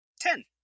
Ten